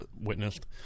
witnessed